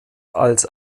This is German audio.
als